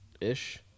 ish